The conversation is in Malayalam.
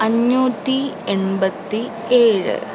അഞ്ഞൂറ്റി എൺപത്തി ഏഴ്